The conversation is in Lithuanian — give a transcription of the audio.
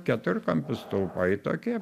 keturkampiai stulpai tokie